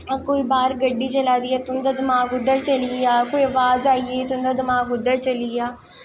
कोई बाह्र गड्डी चला दी ऐ तुं'दा दमाक उद्धर चली आ कोई अवाज़ आई तुं'दा दमाक उद्धर चली आ